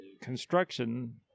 construction